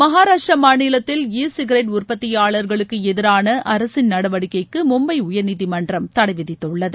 மகாராஷ்டிர மாநிலத்தில் e cigarette உற்பத்தியாளர்களுக்கு எதிரான அரசின் நடவடிக்கைக்கு மும்பை உயர்நீதிமன்றம் தடை விதித்துள்ளது